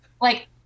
like-